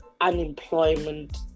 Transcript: unemployment